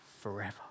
forever